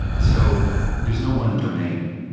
so there's no one domain.